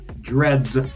dreads